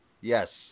Yes